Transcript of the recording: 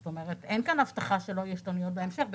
זאת אומרת אין כאן הבטחה שלא יהיו השתנויות בהמשך.